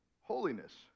holiness